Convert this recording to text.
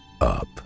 Up